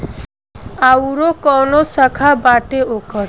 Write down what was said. आयूरो काऊनो शाखा बाटे ओकर